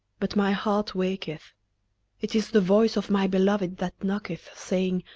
but my heart waketh it is the voice of my beloved that knocketh, saying,